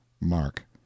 mark